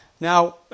Now